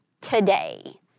today